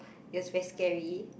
is very scary